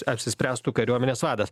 apsispręstų kariuomenės vadas